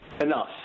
Enough